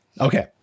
Okay